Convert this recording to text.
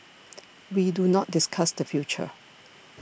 we do not discuss the future